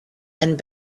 and